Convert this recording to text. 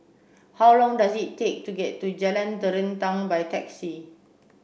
how long does it take to get to Jalan Terentang by taxi